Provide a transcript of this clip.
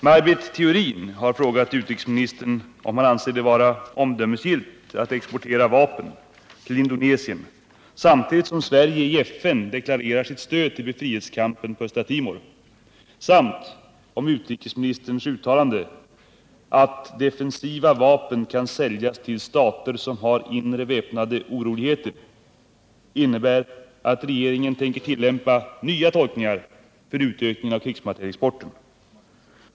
Maj Britt Theorin har frågat utrikesministern om han anser det vara omdömesgillt att exportera vapen till Indonesien samtidigt som Sverige i FN deklarerar sitt stöd till befrielsekampen på Östra Timor samt om utrikesministerns uttalande att ”defensiva vapen kan säljas till stater som har inre väpnade oroligheter” innebär att regeringen tänker tillämpa nya tolkningar för utökning av krigsmaterielexporten.